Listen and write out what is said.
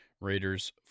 Raiders